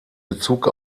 bezug